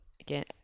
again